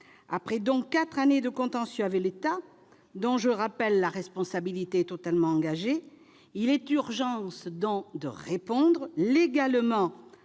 Après quatre années de contentieux avec l'État, dont je rappelle que la responsabilité est totalement engagée, il est urgent de répondre légalement